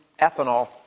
ethanol